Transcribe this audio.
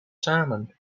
samen